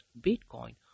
Bitcoin